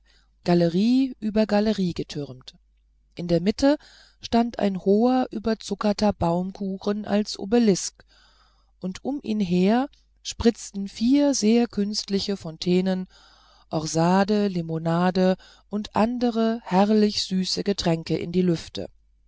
galerie über galerie getürmt in der mitte stand ein hoher überzuckerter baumkuchen als obelisk und um ihn her spritzten vier sehr künstliche fontänen orsade limonade und andere herrliche süße getränke in die lüfte